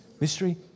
Mystery